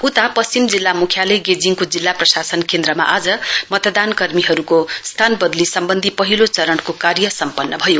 उता पश्चिम जिल्ला मुख्यालय गेजिङको जिल्ला प्रशासन केन्द्रमा आज मतदान कर्मीहरुको स्थान वदली सम्वन्धी पहिलो चरणको कार्य सम्पन्न भयो